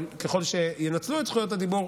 אבל ככל שינצלו את זכויות הדיבור,